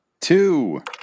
Two